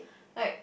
right